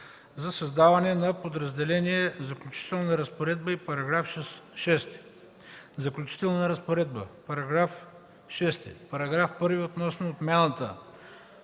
за създаване на подразделение „Заключителна разпоредба” и § 6. „Заключителна разпоредба § 6. Параграф 1 относно отмяната